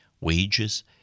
wages